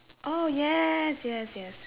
oh yes yes yes